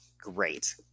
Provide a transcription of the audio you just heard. Great